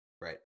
Right